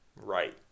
right